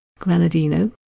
Granadino